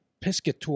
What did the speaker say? Piscator